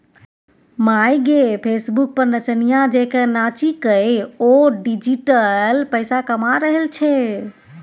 माय गे फेसबुक पर नचनिया जेंका नाचिकए ओ डिजिटल पैसा कमा रहल छै